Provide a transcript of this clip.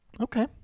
Okay